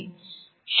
0